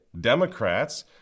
Democrats